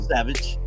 Savage